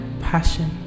passion